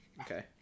Okay